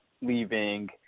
leaving